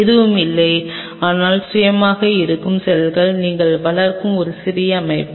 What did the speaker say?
எதுவுமில்லை ஆனால் சுயமாக இருக்கும் செல்களை நீங்கள் வளர்க்கும் ஒரு சிறிய அமைப்பு